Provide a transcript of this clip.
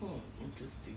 oh interesting